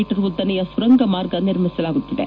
me ಉದ್ದನೆಯ ಸುರಂಗ ಮಾರ್ಗ ನಿರ್ಮಿಸಲಾಗುತ್ತಿದೆ